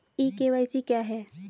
ई KYC क्या है?